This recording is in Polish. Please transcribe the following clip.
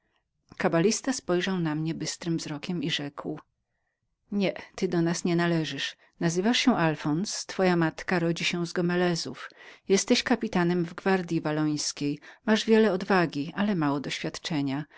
tłumaczyć kabalista spoglądał na mnie bystrym wzrokiem i rzekł nie ty do nas nie należysz nazywasz się alfons twoja matka rodzi się z gomelezów jesteś kapitanem w gwardyi wallońskiej masz wiele odwagi ale mało doświadczenia